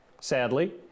Sadly